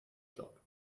shop